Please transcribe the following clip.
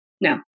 No